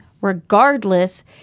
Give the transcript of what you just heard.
regardless